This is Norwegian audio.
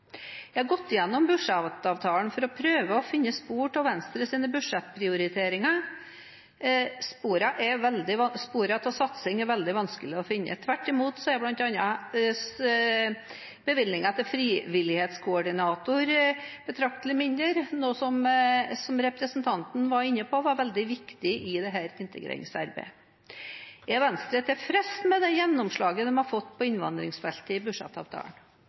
Jeg har gått igjennom budsjettavtalen for å prøve å finne spor av Venstres budsjettprioriteringer. Sporene av satsing er veldig vanskelig å finne. Tvert imot er bl.a. bevilgningen til frivillighetskoordinator betraktelig mindre, noe som representanten var inne på var veldig viktig i integreringsarbeidet. Er Venstre tilfreds med det gjennomslaget de har fått på innvandringsfeltet i budsjettavtalen?